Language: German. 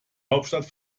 hauptstadt